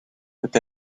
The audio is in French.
peut